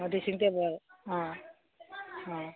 dressing table ꯑꯥ ꯑꯥ